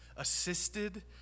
assisted